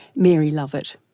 mary lovett.